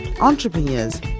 entrepreneurs